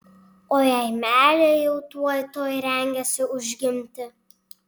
o jei meilė jau tuoj tuoj rengėsi užgimti